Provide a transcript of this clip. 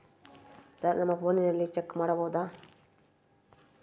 Sir ನಮ್ಮ ಫೋನಿನಲ್ಲಿ check ಮಾಡಬಹುದಾ?